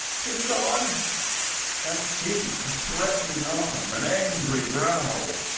tis gone and, see, a threatening arm, an angry brow!